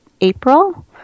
April